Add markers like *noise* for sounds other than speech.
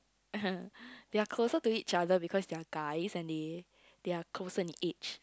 *laughs* they're closer to each other because they are guys and they they're closer in age